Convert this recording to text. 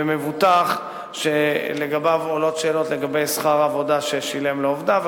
ומבוטח שלגביו עולות שאלות לגבי שכר עבודה ששילם לעובדיו,